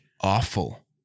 awful